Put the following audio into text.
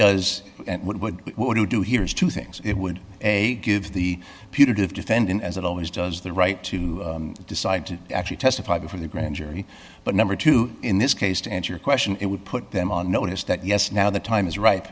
indictment what that does what would you do here is two things it would a give the putative defendant as it always does the right to decide to actually testify before the grand jury but number two in this case to answer your question it would put them on notice that yes now the time is right